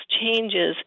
changes